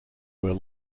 were